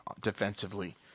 defensively